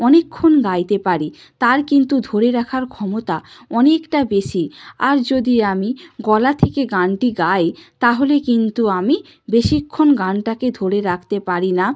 অনেকক্ষণ গাইতে পারি তার কিন্তু ধরে রাখার ক্ষমতা অনেকটা বেশি আর যদি আমি গলা থেকে গানটি গাই তাহলে কিন্তু আমি বেশিক্ষণ গানটাকে ধরে রাখতে পারি না